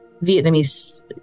Vietnamese